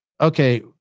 okay